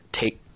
take